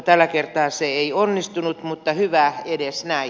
tällä kertaa se ei onnistunut mutta hyvä edes näin